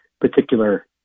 particular